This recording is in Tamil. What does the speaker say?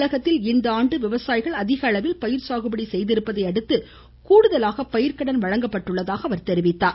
தமிழகத்தில் இந்த ஆண்டு விவசாயிகள் அதிகளவில் பயிர் சாகுபடி செய்திருப்பதை அடுத்து கூடுதலாக பயிர்க்கடன் வழங்கப்பட்டுள்ளதாகக் கூறினார்